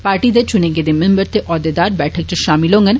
party दे चुने गेदे मिंबर ते औह्देकार बैठकें च षामल होंगन